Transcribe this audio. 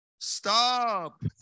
Stop